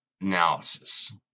analysis